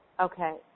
Okay